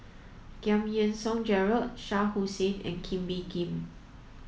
Giam Yean Song Gerald Shah Hussain and Kee Bee Khim